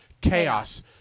chaos